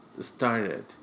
started